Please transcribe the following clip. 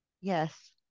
Yes